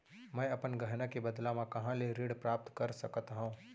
मै अपन गहना के बदला मा कहाँ ले ऋण प्राप्त कर सकत हव?